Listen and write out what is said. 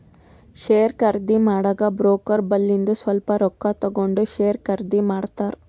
share ಖರ್ದಿ ಮಾಡಾಗ broker ಬಲ್ಲಿಂದು ಸ್ವಲ್ಪ ರೊಕ್ಕಾ ತಗೊಂಡ್ ಶೇರ್ ಖರ್ದಿ ಮಾಡ್ತಾರ್